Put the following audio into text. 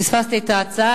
פספסתי את ההצעה.